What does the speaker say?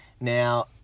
Now